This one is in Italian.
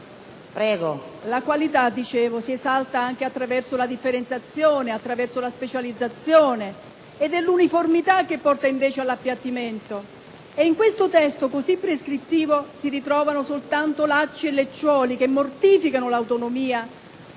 La qualità si esalta anche attraverso la differenziazione e la specializzazione; è l'uniformità che porta invece all'appiattimento. In questo testo così prescrittivo si ritrovano soprattutto lacci e lacciuoli che mortificano l'autonomia